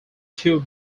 two